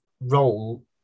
role